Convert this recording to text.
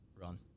run